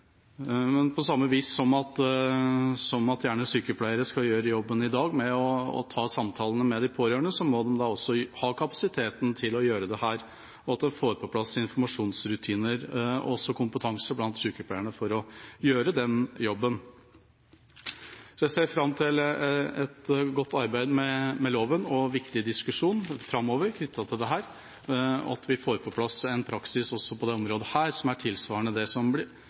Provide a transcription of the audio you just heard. På samme vis som det i dag gjerne er sykepleiere som skal gjøre jobben med å ta samtalene med de pårørende, må de også ha kapasitet til å gjøre det her. En må få på plass informasjonsrutiner og kompetanse blant sykepleierne slik at de kan gjøre denne jobben. Jeg ser fram til et godt arbeid med loven og en viktig diskusjon framover knyttet til dette, og at vi får på plass en praksis på dette området som er tilsvarende det som allerede blir